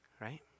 right